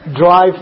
drive